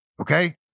Okay